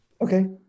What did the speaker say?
Okay